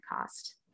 cost